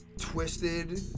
Twisted